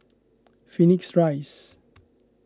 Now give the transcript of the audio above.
Phoenix Rise